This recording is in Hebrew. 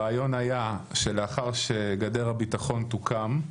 הרעיון היה שלאחר שגדר הביטחון תוקם,